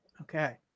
Okay